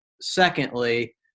secondly